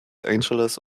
angeles